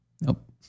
Nope